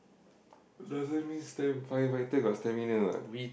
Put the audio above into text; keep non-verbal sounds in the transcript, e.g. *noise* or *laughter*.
*noise* doesn't mean stam~ firefighter got stamina what